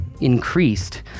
increased